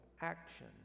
action